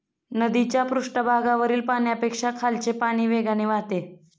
नदीच्या पृष्ठभागावरील पाण्यापेक्षा खालचे पाणी वेगाने वाहते